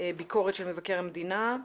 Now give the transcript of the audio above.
ביקורת של מבקר המדינה.